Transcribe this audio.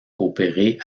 coopérer